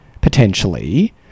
potentially